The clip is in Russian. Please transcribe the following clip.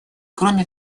кроме